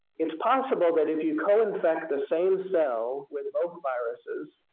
it's possible that if you co infect the same cell with both viruses